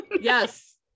yes